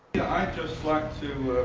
i'd just like to,